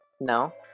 No